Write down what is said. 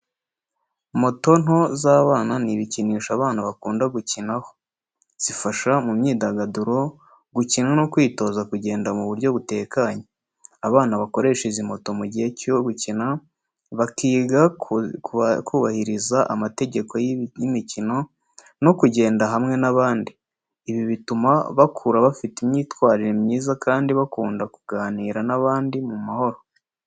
Moto nto z’abana ni ibikinisho abana bakunda gukinaho. Zifasha mu kwidagadura, gukina no kwitoza kugenda mu buryo butekanye. Abana bakoresha izi moto mu gihe cyo gukina, bakiga kubahiriza amategeko y’iby’imikino no kugendera hamwe n’abandi. Ibi bituma bakura bafite imyitwarire myiza kandi bakunda kuganira n’abandi mu mahoro.